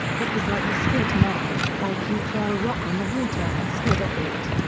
it was like a skid mark, like you throw a rock on the water and skid off it.